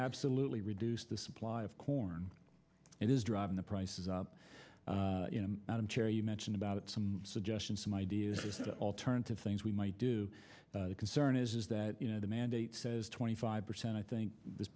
absolutely reduce the supply of corn it is driving the prices up out of chair you mentioned about some suggestions some ideas alternative things we might do the concern is is that you know the mandate says twenty five percent i think this